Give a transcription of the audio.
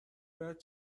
باید